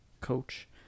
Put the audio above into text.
Coach